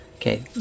Okay